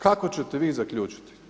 Kako ćete vi zaključiti?